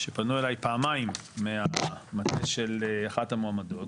שפנו אליי פעמיים מהמטה של אחת המועמדות